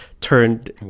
turned